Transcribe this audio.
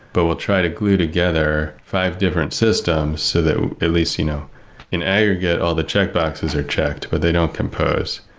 but we'll try to glue together five different systems so that at least, you know in aggregate, all the checkboxes are checked, but they don't compose.